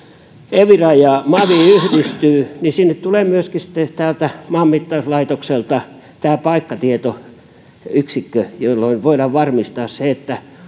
evira ja mavi yhdistyvät sinne tulee myöskin sitten maanmittauslaitokselta tämä paikkatietoyksikkö jolloin voidaan varmistaa se että